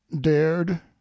dared